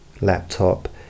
laptop